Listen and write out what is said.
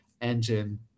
engine